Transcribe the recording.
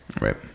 right